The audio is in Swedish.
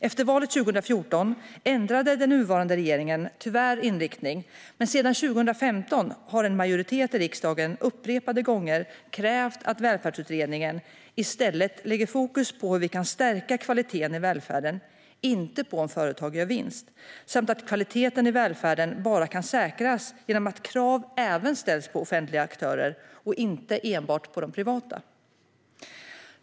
Efter valet 2014 ändrade den nuvarande regeringen tyvärr inriktning. Men sedan 2015 har en majoritet i riksdagen upprepade gånger krävt att Välfärdsutredningen i stället lägger fokus på hur vi kan stärka kvaliteten i välfärden och inte på om företag gör vinst samt att kvaliteten i välfärden bara kan säkras genom att krav även ställs på offentliga aktörer och inte enbart på de privata.